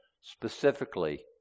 specifically